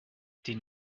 den